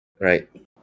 Right